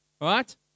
right